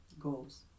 goals